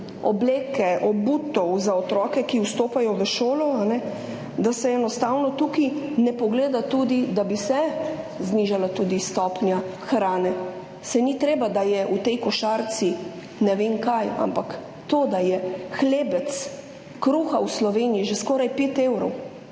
obleke, obutve za otroke, ki vstopajo v šolo, da se enostavno tukaj ne pogleda tudi na to, da bi se znižala stopnja hrane. Saj ni treba, da je v tej košarici ne vem kaj, ampak to, da je hlebec kruha v Sloveniji že skoraj 5 evrov,